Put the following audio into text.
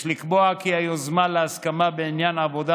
יש לקבוע כי היוזמה להסכמה בעניין עבודה